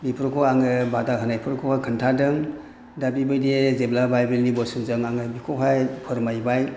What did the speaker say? बेफोरखौ आङो बादा होनायफोरखौ खोन्थादों दा बेबायदि जेब्ला बाइबेलनि बोसोनजों आङो बेखौहाय फोरमायबाय